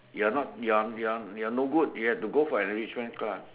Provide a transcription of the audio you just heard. you're not you're you're you're no good you have to go for enrichment class